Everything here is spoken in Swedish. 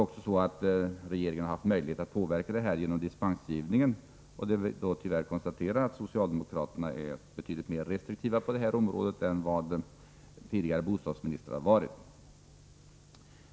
Regeringen har också haft möjlighet att påverka utvecklingen genom dispensgivningen, och jag kan då tyvärr konstatera att socialdemokraterna är betydligt mer restriktiva på det här området än vad tidigare bostadsministrar varit.